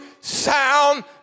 sound